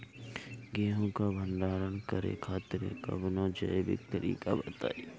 गेहूँ क भंडारण करे खातिर कवनो जैविक तरीका बताईं?